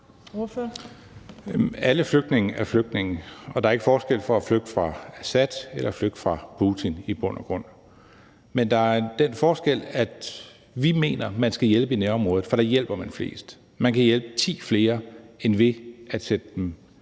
Alle flygtninge er flygtninge, og der er i bund og grund ikke forskel på at flygte fra Assad eller flygte fra Putin, men der er den forskel, at vi mener, at man skal hjælpe i nærområdet, for der hjælper man flest. Man kan hjælpe ti gange flere end ved at få dem